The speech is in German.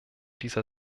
dieser